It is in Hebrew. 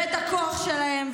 ואת הכוח שלהן.